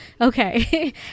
Okay